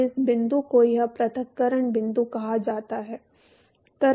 तो इस बिंदु को यह पृथक्करण बिंदु कहा जाता है